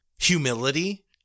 humility